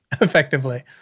effectively